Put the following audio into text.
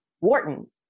Wharton